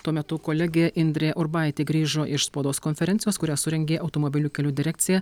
tuo metu kolegė indrė urbaitė grįžo iš spaudos konferencijos kurią surengė automobilių kelių direkcija